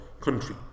country